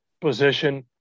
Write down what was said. position